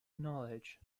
knowledge